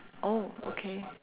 oh okay